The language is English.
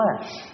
flesh